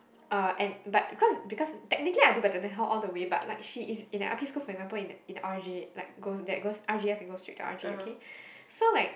uh and but because because technically I do better than her all the way but like she is in a I_P school for example in the in the R_J like goes that goes R_G_S and go straight to R_J